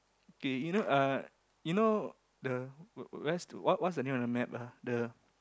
okay you know uh you know the where's what's what's the name of the map ah the the